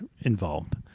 involved